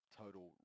total